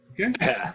okay